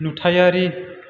नुथायारि